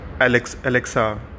Alexa